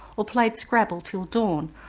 or played scrabble till dawn,